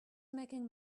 making